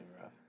rough